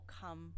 come